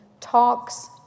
Talks